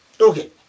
Okay